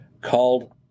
called